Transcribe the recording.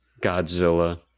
Godzilla